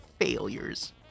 failures